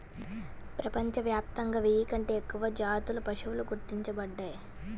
ప్రపంచవ్యాప్తంగా వెయ్యి కంటే ఎక్కువ జాతుల పశువులు గుర్తించబడ్డాయి